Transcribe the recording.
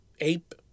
ape